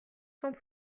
sans